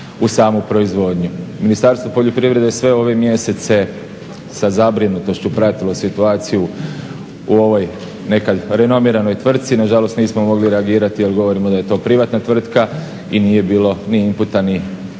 u samu proizvodnju. Ministarstvo poljoprivrede sve ove mjesece sa zabrinutošću pratilo situaciju u ovoj nekad renomiranoj tvrtci. Nažalost nismo mogli reagirati jer govorimo da je to privatna tvrtka i nije bilo ni imputa od